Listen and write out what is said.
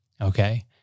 Okay